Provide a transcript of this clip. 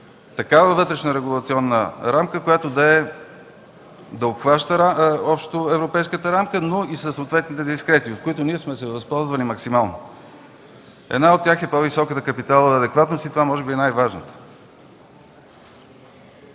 такава вътрешна регулационна рамка, която да обхваща общоевропейската рамка, но и със съответните дискреции, от които ние сме се възползвали максимално. Една от тях е по-високата капиталова адекватност и може би е най-важната.